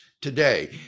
today